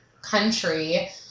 country